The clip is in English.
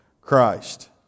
Christ